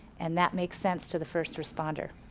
and that makes sense to the first responder.